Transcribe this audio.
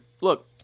look